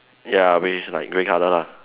ya which like grey colour lah